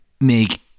make